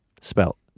spelt